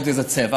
לא יודע איזה צבע,